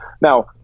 Now